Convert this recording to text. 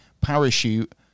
parachute